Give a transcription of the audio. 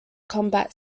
combat